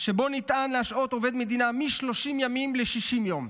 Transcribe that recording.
שבה ניתן להשעות עובד מדינה מ-30 ימים ל-60 יום.